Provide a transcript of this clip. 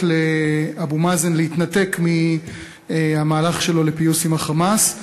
לאבו מאזן להתנתק מהמהלך שלו לפיוס עם ה"חמאס".